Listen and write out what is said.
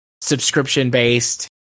subscription-based